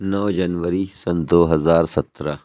نو جنوری سنہ دو ہزار سترہ